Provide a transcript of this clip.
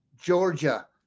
Georgia